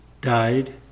died